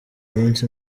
munsi